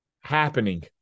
happening